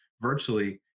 virtually